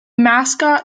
mascot